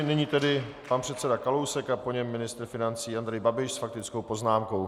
Nyní tedy pan předseda Kalousek a po něm ministr financí Andrej Babiš s faktickou poznámkou.